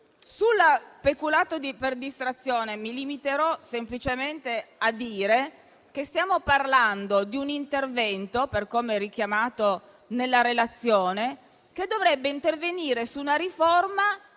Sul peculato per distrazione, mi limiterò semplicemente a dire che stiamo parlando di un intervento, come richiamato nella relazione, che dovrebbe intervenire su una riforma